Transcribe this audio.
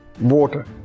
Water